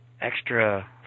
extra